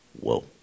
Whoa